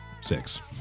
six